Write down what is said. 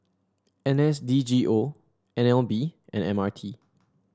N S D G O N L B and M R T